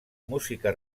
música